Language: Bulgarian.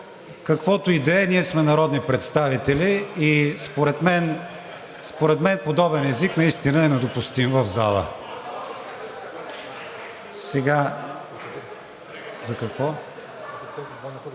Каквото и да е, ние сме народни представители и според мен подобен език наистина е недопустим в залата.